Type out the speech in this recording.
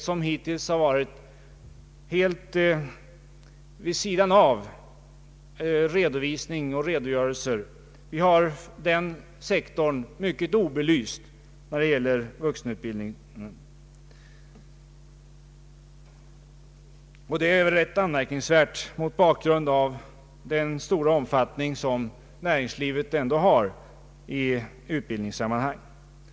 Den vuxenutbildningssektorn är mycket litet belyst hittills. Detta är rätt anmärkningsvärt mot bakgrund av den stora omfattning som näringslivets utbildningsverksamhet ändå har.